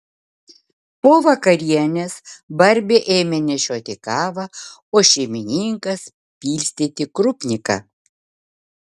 po vakarienės barbė ėmė nešioti kavą o šeimininkas pilstyti krupniką